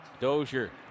Dozier